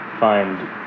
find